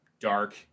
dark